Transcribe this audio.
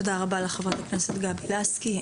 תודה רבה לחברת הכנסת גבי לסקי.